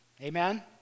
Amen